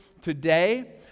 today